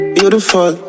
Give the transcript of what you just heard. Beautiful